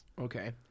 Okay